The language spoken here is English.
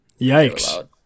Yikes